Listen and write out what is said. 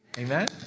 Amen